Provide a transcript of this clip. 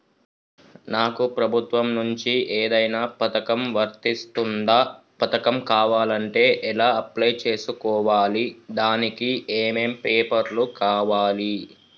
నాకు ప్రభుత్వం నుంచి ఏదైనా పథకం వర్తిస్తుందా? పథకం కావాలంటే ఎలా అప్లై చేసుకోవాలి? దానికి ఏమేం పేపర్లు కావాలి?